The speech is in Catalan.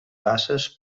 basses